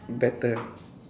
better ah